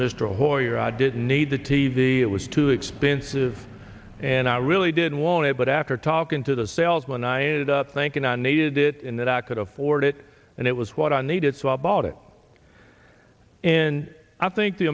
hoyer didn't need the t v it was too expensive and i really didn't want it but after talking to the salesman i ended up thinking i needed it and that i could afford it and it was what i needed so i bought it and i think the